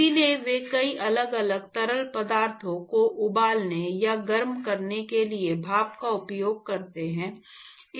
इसलिए वे कई अलग अलग तरल पदार्थों को उबालने या गर्म करने के लिए भाप का उपयोग करते हैं